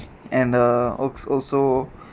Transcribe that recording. and uh !oops! also